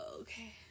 Okay